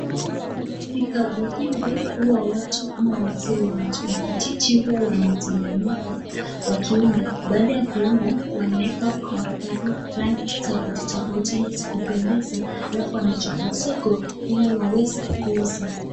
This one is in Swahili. Vikapu hivi huwa watu au wazee wa kijiji huwa wanaitengeneza wakiunda, baada ya kuunda wanaweka rangi tofauti tofauti ili kupendeza, alafu wanachukua soko ili waweze kuuza.